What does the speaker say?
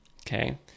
Okay